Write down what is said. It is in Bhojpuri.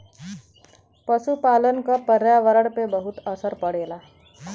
पसुपालन क पर्यावरण पे बहुत असर पड़ेला